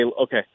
okay